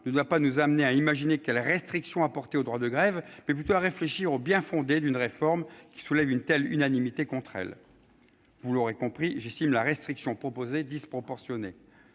ne doit pas nous amener à imaginer quelle restriction apporter au droit de grève, mais plutôt à réfléchir au bien-fondé d'une réforme qui soulève une telle unanimité contre elle. Vous l'aurez compris, j'estime que la restriction proposée est disproportionnée.